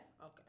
Okay